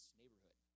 neighborhood